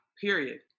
Period